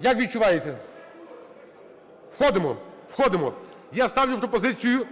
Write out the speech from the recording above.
Як відчувається? Входимо, входимо. Я ставлю пропозицію